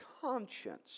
conscience